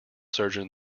surgeon